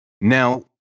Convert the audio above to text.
Now